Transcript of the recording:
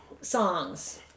songs